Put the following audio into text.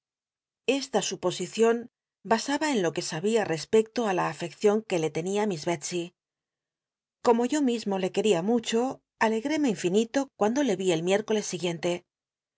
esta suposicion basaba en lo que abia respecto ti la afeccion que le ten ia miss dctscy como yo mismo le qucria mucho alegréme iufinilo cuando le í el miércoles